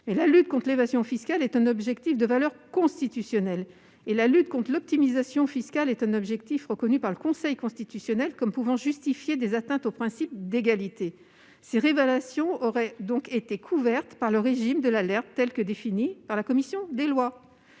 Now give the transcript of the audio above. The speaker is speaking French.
mais la lutte contre l'évasion fiscale est un objectif de valeur constitutionnelle, et la lutte contre l'optimisation fiscale est un objectif reconnu par le Conseil constitutionnel comme pouvant justifier des atteintes au principe d'égalité. Les révélations de M. Deltour auraient donc été couvertes par le régime de l'alerte tel que défini par la commission des lois.